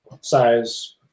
size